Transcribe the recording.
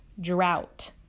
drought